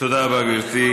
בוקר טוב אליהו לקואליציה.